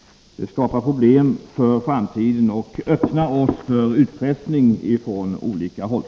Det skapar problem för framtiden och öppnar oss för utpressning från olika håll.